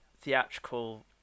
theatrical